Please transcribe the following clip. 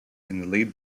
lead